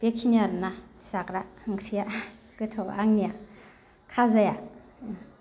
बेखिनि आरोना जाग्रा ओंख्रिया गोथावा आंनिया खाजाया